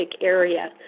area